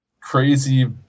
Crazy